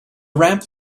ramp